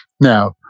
Now